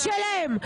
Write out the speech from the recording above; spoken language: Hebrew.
קשה להם.